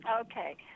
Okay